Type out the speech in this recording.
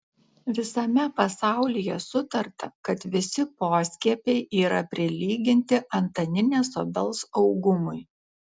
visame pasaulyje sutarta kad visi poskiepiai yra prilyginti antaninės obels augumui